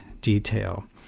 detail